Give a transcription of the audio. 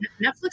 Netflix